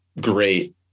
great